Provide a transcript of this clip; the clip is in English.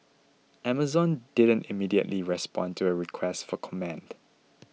Amazon didn't immediately respond to a request for comment